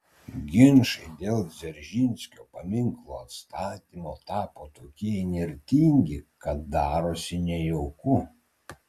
ginčai dėl dzeržinskio paminklo atstatymo tapo tokie įnirtingi kad darosi nejauku